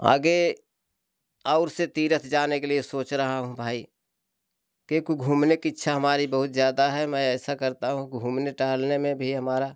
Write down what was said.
आगे और से तीर्थ ने के लिए सोच रहा हूँ भाई क्योकि घूमने की इच्छा हमारी बहुत ज़्यादा है मैं ऐसा करता हूँ घूमने टहलने में भी हमारा